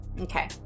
Okay